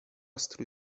strój